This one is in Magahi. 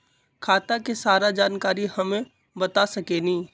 खाता के सारा जानकारी हमे बता सकेनी?